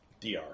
DR